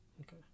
Okay